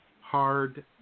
Hard